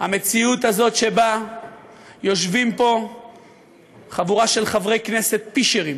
המציאות הזאת שיושבים פה חבורה של חברי כנסת פישרים,